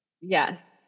yes